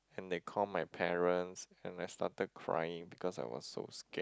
then they call my parents and I started crying cause I was so scared